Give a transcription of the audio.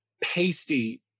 pasty